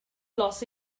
los